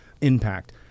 impact